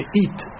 eat